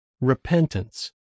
Repentance